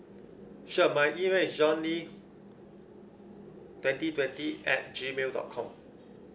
sure my email is john lee twenty twenty at gmail dot com